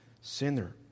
sinner